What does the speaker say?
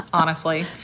honestly.